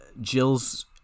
Jill's